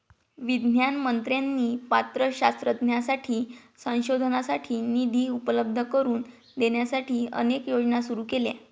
विज्ञान मंत्र्यांनी पात्र शास्त्रज्ञांसाठी संशोधनासाठी निधी उपलब्ध करून देण्यासाठी अनेक योजना सुरू केल्या